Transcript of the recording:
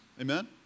Amen